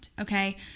okay